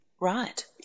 Right